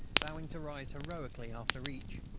vowing to rise heroically after each.